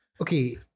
okay